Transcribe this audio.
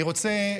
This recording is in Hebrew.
אני רוצה,